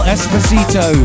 Esposito